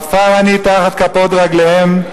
עפר אני תחת כפות רגליהם.